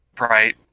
Right